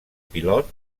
pilot